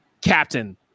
Captain